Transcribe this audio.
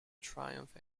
triumph